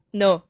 no